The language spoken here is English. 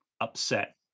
upset